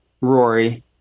Rory